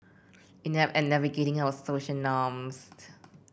inept at navigating our social norms